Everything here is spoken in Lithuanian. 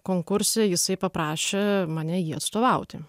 konkurse jisai paprašė mane jį atstovauti